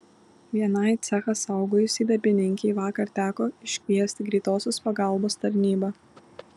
vienai cechą saugojusiai darbininkei vakar teko iškviesti greitosios pagalbos tarnybą